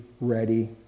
ready